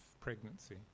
pregnancy